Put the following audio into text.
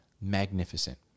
magnificent